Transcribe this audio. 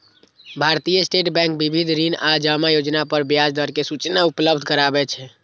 भारतीय State Bank विविध ऋण आ जमा योजना पर ब्याज दर के सूचना उपलब्ध कराबै छै